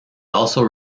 also